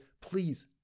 please